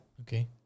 Okay